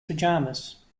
pyjamas